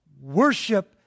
Worship